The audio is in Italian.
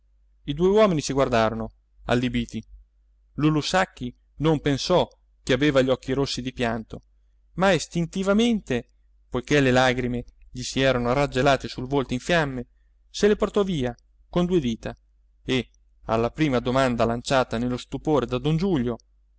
i due uomini si guardarono allibiti lulù sacchi non pensò che aveva gli occhi rossi di pianto ma istintivamente poiché le lagrime gli si erano raggelate sul volto in fiamme se le portò via con due dita e alla prima domanda lanciata nello stupore da don giulio